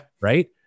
Right